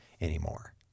anymore